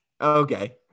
Okay